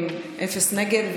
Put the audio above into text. אפס נגד.